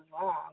wrong